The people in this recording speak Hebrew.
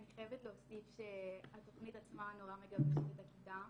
אני חייבת להוסיף שהתוכנית עצמה נורא מגבשת את הכיתה